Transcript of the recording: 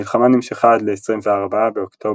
המלחמה נמשכה עד ל-24 באוקטובר,